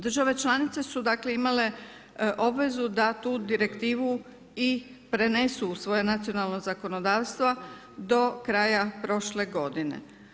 Države članice su imale obvezu da tu direktivu i prenesu u svoje nacionalno zakonodavstvo do kraja prošle godine.